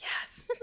Yes